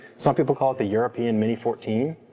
some people call it the european mini fourteen.